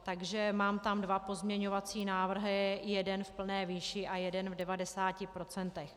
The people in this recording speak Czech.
Takže mám tam dva pozměňovací návrhy, jeden v plné výši a jeden v 90 %.